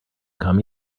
come